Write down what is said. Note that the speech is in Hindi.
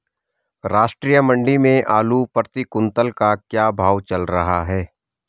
राष्ट्रीय मंडी में आलू प्रति कुन्तल का क्या भाव चल रहा है?